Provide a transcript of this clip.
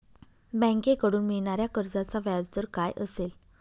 बँकेकडून मिळणाऱ्या कर्जाचा व्याजदर काय असेल?